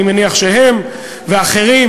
אני מניח שהם ואחרים,